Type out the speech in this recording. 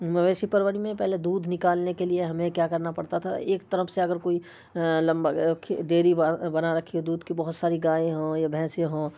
مویشی پروری میں پہلے دودھ نکالنے کے لیے ہمیں کیا کرنا پڑتا تھا ایک طرف سے اگر کوئی لمبا ڈیری بنا رکھی ہو دودھ کی بہت ساری گائیں ہوں یا بھینسیں ہوں